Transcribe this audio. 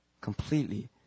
completely